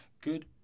Good